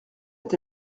est